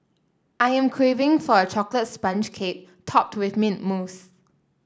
I am craving for a chocolate sponge cake topped with mint mousse